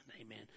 Amen